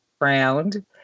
round